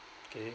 okay